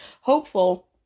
hopeful